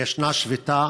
יש שביתה